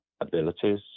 abilities